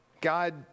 God